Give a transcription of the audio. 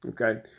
Okay